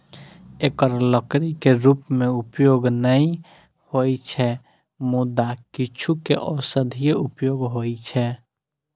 एकर लकड़ी के रूप मे उपयोग नै होइ छै, मुदा किछु के औषधीय उपयोग होइ छै